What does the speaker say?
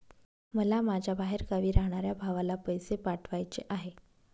मला माझ्या बाहेरगावी राहणाऱ्या भावाला पैसे पाठवायचे आहे